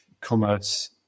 commerce